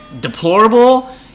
deplorable